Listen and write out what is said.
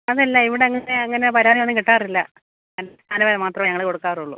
അതല്ല ഇവിടങ്ങനെ അങ്ങനെ പരാതി ഒന്നും കിട്ടാറില്ല നല്ല സാധനം മാത്രമേ ഞങ്ങൾ കൊടുക്കാറുള്ളു